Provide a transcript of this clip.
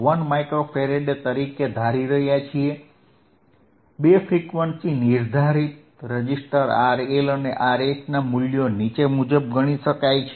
1 micro farad તરીકે ધારી રહ્યા છીએ બે ફ્રીક્વન્સી નિર્ધારિત રેઝિસ્ટર RL અને RH ના મૂલ્યો નીચે મુજબ ગણી શકાય